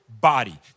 body